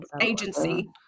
agency